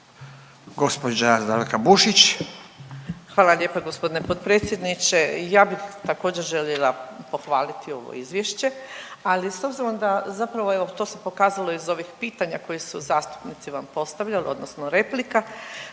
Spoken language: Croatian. Hvala lijepo g. potpredsjedniče. Ja bih također želila pohvaliti ovo izvješće, ali s obzirom da zapravo evo to se pokazalo iz ovih pitanja koja su zastupnici vam postavili odnosno replika